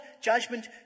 judgment